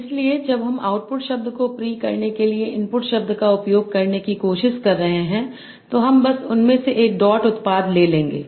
इसलिए जब हम आउटपुट शब्द को प्री करने के लिए इनपुट शब्द का उपयोग करने की कोशिश कर रहे हैं तो हम बस इनमें से एक डॉट उत्पाद ले लेंगे